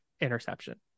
interception